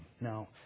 Now